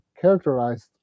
characterized